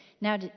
Now